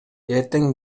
эртең